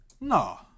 No